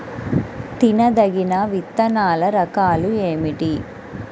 తినదగిన విత్తనాల రకాలు ఏమిటి?